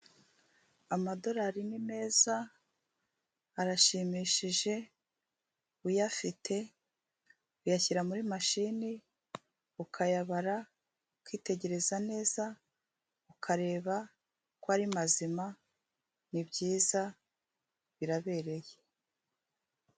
Amadolari ni meza arashimishije, uyafite uyashyira muri mashini ukayabara, ukitegereza neza, ukareba ko ari mazima, nibyiza birabereye.